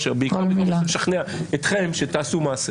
מה עם הזכויות - נכון לרגע זה - הלא מוגנות שיכולות להיפגע מהמהלך